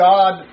God